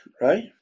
Right